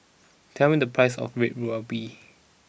tell me the price of Red Ruby